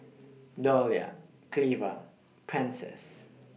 Dollye Cleva Prentice